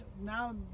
Now